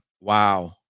Wow